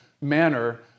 manner